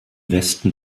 westen